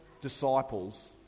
disciples